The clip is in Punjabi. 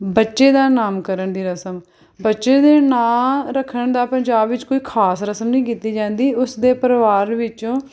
ਬੱਚੇ ਦਾ ਨਾਮਕਰਨ ਦੀ ਰਸਮ ਬੱਚੇ ਦੇ ਨਾਂ ਰੱਖਣ ਦਾ ਪੰਜਾਬ ਵਿੱਚ ਕੋਈ ਖਾਸ ਰਸਮ ਨਹੀਂ ਕੀਤੀ ਜਾਂਦੀ ਉਸ ਦੇ ਪਰਿਵਾਰ ਵਿੱਚੋਂ